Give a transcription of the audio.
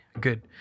good